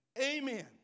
Amen